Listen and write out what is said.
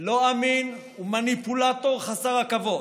לא אמין ומניפולטור חסר עכבות,